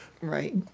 Right